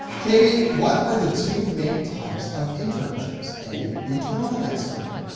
katie what are the two main types of internships? a, internal and external,